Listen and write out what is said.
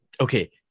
okay